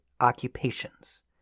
occupations